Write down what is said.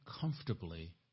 comfortably